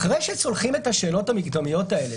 אחרי שצולחים את השאלות המקדמיות האלה,